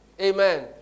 amen